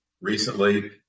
recently